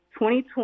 2020